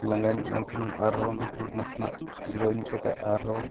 ᱞᱟᱸᱜᱟ ᱧᱚᱜ ᱞᱮᱱᱠᱷᱟᱱᱮᱢ ᱟᱨᱦᱚᱸ ᱚᱱᱟ ᱠᱚᱨᱮ ᱱᱟᱥᱮᱱᱟᱜ ᱡᱤᱨᱟᱹᱣ ᱧᱚᱜ ᱠᱟᱛᱮ ᱟᱨᱦᱚᱸ